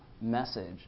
message